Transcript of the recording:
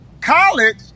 college